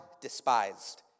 despised